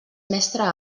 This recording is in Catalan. mestre